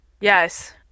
Yes